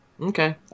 Okay